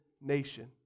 nation